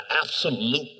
absolute